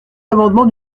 l’amendement